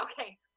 okay